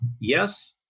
yes